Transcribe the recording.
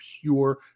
pure